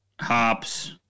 hops